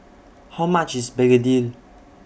How much IS Begedil